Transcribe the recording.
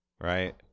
right